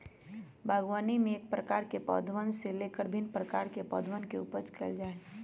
बागवानी में एक प्रकार के पौधवन से लेकर भिन्न प्रकार के पौधवन के उपज कइल जा हई